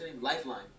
Lifeline